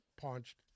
punched